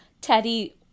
Teddy